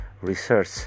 research